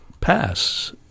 pass